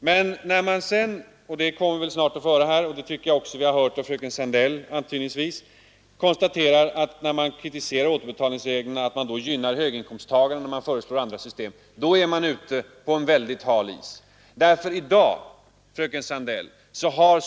Men när man sedan säger att den som kritiserar återbetalningsreglerna och föreslår ett annat system vill gynna höginkomsttagarna — det kommer vi nog snart att få höra även i dag; det tycker jag mig redan ha märkt på fröken Sandell — då är man ute på hal is.